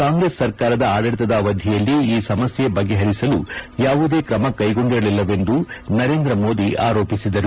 ಕಾಂಗ್ರೆಸ್ ಸರ್ಕಾರದ ಆಡಳಿತದ ಅವಧಿಯಲ್ಲಿ ಈ ಸಮಸ್ಯೆ ಬಗೆಹರಿಸಲು ಯಾವುದೇ ಕ್ರಮಕ್ಕೆಗೊಂಡಿರಲಿಲ್ಲವೆಂದು ನರೇಂದ್ರ ಮೋದಿ ಆರೋಪಿಸಿದರು